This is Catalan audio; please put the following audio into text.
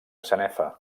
sanefa